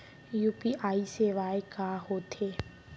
UPI सेवाएं का होथे?